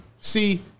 See